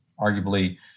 arguably